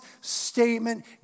statement